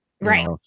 Right